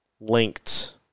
linked